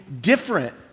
different